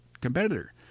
competitor